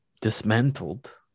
dismantled